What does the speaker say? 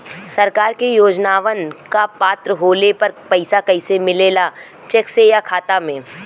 सरकार के योजनावन क पात्र होले पर पैसा कइसे मिले ला चेक से या खाता मे?